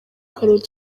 karoti